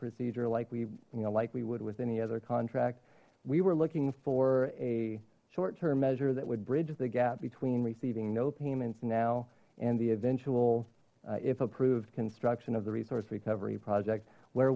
procedure like we you know like we would with any other contract we were looking for a short term measure that would bridge the gap between receiving no payments now and the eventual if approved construction of the resource recovery project where